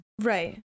Right